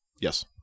Yes